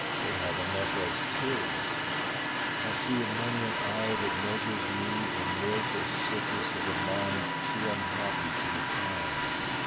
they have enough as tis i see in many an eye that measures me the mortal sickness of a mind too unhappy to be kind.